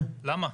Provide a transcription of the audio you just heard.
למה?